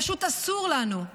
כי פשוט אסור לנו.